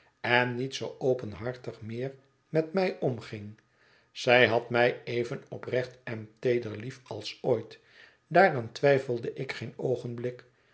en niet zoo openhartig meer met mij omging zij had mij even oprecht en teeder lief als ooit daaraan twijfelde ik geen'oogenblik